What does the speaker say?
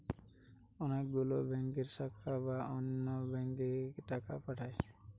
অনেক গুলো ব্যাংকের শাখা বা অন্য ব্যাংকে টাকা পাঠায়